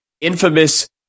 infamous